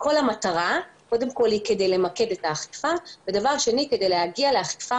כל המטרה היא כדי למקד את האכיפה וכדי להגיע לאכיפה